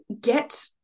get